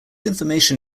information